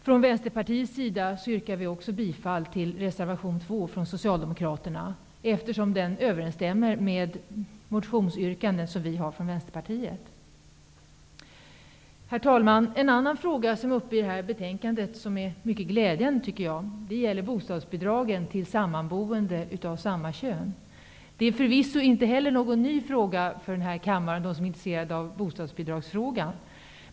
Från Vänsterpartiets sida yrkar vi bifall till reservation 2 från Socialdemokraterna, eftersom den överensstämmer med Vänsterpartiets motionsyrkanden. Herr talman! En annan fråga som tas upp i det här betänkandet tycker jag är mycket glädjande. Den gäller bostadsbidragen till sammanboende av samma kön. Det är förvisso inte heller någon ny fråga för kammaren, för dem som är intresserade av bostadsbidragsfrågan.